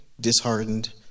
disheartened